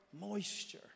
moisture